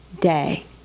day